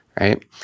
Right